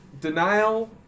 Denial